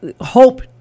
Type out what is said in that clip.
hope